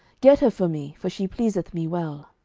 get her for me for she pleaseth me well.